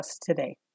today